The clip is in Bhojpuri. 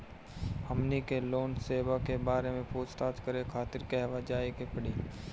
हमनी के लोन सेबा के बारे में पूछताछ करे खातिर कहवा जाए के पड़ी?